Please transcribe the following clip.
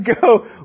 go